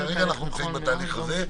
כמדרון חלקלק,